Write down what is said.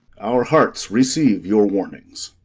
our hearts receive your warnings.